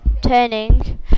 turning